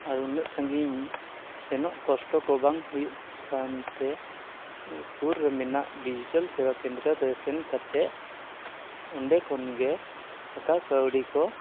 ᱟᱨ ᱩᱱᱟᱹᱜ ᱥᱟᱺᱜᱤᱧ ᱥᱮᱱᱚᱜ ᱠᱚᱥᱴᱚ ᱠᱚ ᱵᱟᱝ ᱦᱩᱭᱩᱜ ᱠᱟᱱᱛᱮ ᱥᱩᱨ ᱨᱮ ᱢᱮᱱᱟᱜ ᱰᱤᱡᱤᱴᱮᱞ ᱥᱮᱵᱟ ᱠᱮᱱᱫᱨᱚᱨᱮ ᱥᱮᱱ ᱱᱠᱟᱛᱮ ᱚᱸᱰᱮ ᱠᱷᱚᱱᱜᱮ ᱴᱟᱠᱟ ᱠᱟᱹᱣᱰᱤ ᱠᱚ